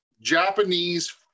Japanese